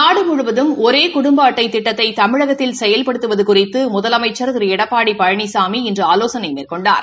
நாடு முழுவதும் ஒரே குடும்ப அட்டை திட்டத்தை தமிழகத்தில் செயல்படுததுவது குறிதது முதலமைக்சா் திரு எடப்பாடி பழனிசாமி இன்று ஆலோசனை மேற்கொண்டார்